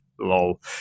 Lol